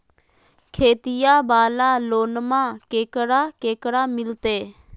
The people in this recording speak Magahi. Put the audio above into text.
खेतिया वाला लोनमा केकरा केकरा मिलते?